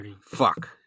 Fuck